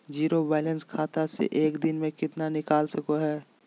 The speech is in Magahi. जीरो बायलैंस खाता से एक दिन में कितना निकाल सको है?